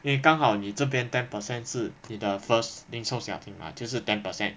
因为刚好你这边 ten percent 是你的 first 零售奖金 lah 就是 ten percent